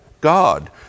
God